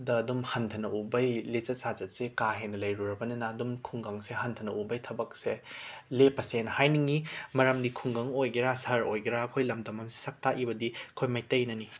ꯗ ꯑꯗꯨꯝ ꯍꯟꯊꯅ ꯎꯕꯒꯤ ꯂꯤꯆꯠ ꯁꯥꯖꯠꯁꯦ ꯀꯥ ꯍꯦꯟꯅ ꯂꯩꯔꯨꯔꯕꯅꯤꯅ ꯑꯗꯨꯝ ꯈꯨꯡꯒꯪꯁꯦ ꯍꯟꯊꯅ ꯎꯕꯒꯤ ꯊꯕꯛꯁꯦ ꯂꯦꯞꯄꯁꯦꯅ ꯍꯥꯏꯅꯤꯡꯏ ꯃꯔꯝꯗꯤ ꯈꯨꯡꯒꯪ ꯑꯣꯏꯒꯦꯔ ꯁꯍꯔ ꯑꯣꯏꯒꯦꯔ ꯑꯩꯈꯣꯏ ꯂꯝꯗꯝ ꯁꯛ ꯇꯥꯛꯏꯕꯗꯤ ꯑꯩꯈꯣꯏ ꯃꯩꯇꯩꯅꯅꯤ